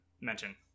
mention